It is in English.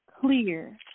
clear